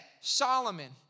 Solomon